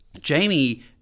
Jamie